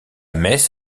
messe